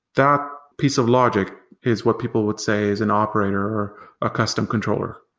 that piece of logic is what people would say is an operator or a custom controller,